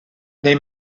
nei